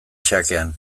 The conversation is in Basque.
xakean